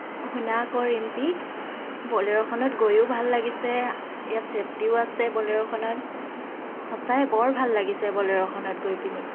শুনা আকৌ ৰিম্পী বলেৰ'খনত গৈয়ো ভাল লাগিছে ইয়াত ছেফ্টিও আছে বলেৰ'খনত সঁচাই বৰ ভাল লাগিছে বলেৰ'খনত গৈ পিনি